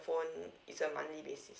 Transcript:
phone it's a monthly basis